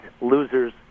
loser's